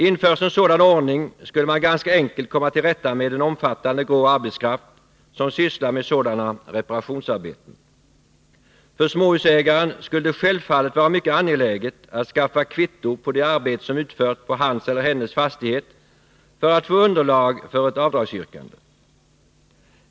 Införs en sådan ordning skulle man ganska enkelt komma till rätta med den omfattande grå arbetskraften som sysslar med sådana reparationsarbeten. För småhusägaren skulle det självfallet vara mycket angeläget att skaffa kvitto på det arbete som utförs på hans eller hennes fastighet för att få underlag för ett avdragsyrkande.